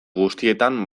guztietan